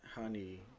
honey